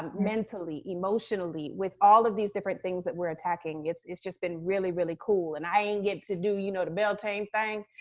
mentally. emotionally. with all of these different things that we're attacking, it's it's just been really, really cool. and i ain't get to do you know the beltane thing,